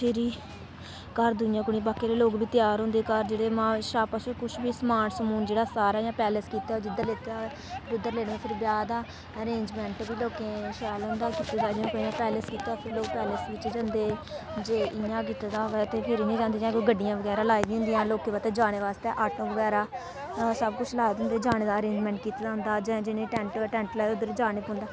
फिरी घर दूइयां कुडि़यां बाकी आहले लोग बी त्यार होंदे समान बगैरा सारा जिद्धर पैलेस कीते दा जिद्धर बी उद्धर लेना फिर ब्याह दा आरेंजमेंट बी लोकें शैल होंदा कीते दा जियां पैलेस कीते दा फिर लोक पैलेस च जंदे जे इयां कीते दा होऐ ते फिर जंदे गड्डियां बगैरा लाई दी होंदियां लोकें पता जाने आस्तै आटो बगैरा सब कुछ लाए दे होंदे जाने दा आरेंजमेंट कीते दा होंदा जां जिनें टेंट लाए दे उनें उद्धर जाना पौंदा